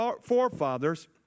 forefathers